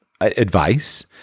advice